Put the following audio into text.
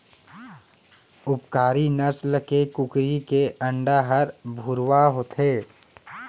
उपकारी नसल के कुकरी के अंडा हर भुरवा होथे